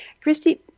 Christy